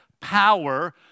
power